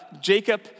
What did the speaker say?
Jacob